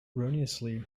erroneously